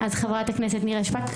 חברת הכנסת נירה שפק,